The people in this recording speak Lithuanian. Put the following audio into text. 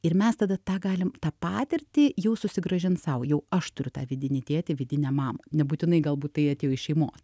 ir mes tada tą galim tą patirtį jau susigrąžint sau jau aš turiu tą vidinį tėtį vidinę mamą nebūtinai galbūt tai atėjo iš šeimos